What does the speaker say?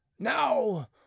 Now